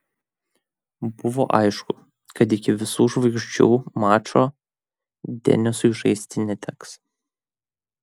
buvo aišku kad iki visų žvaigždžių mačo denisui žaisti neteks